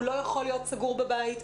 הוא לא יכול להיות סגור בבית.